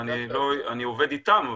אני עובד איתם,